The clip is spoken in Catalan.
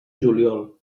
juliol